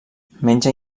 menja